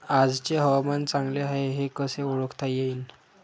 आजचे हवामान चांगले हाये हे कसे ओळखता येईन?